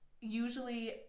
usually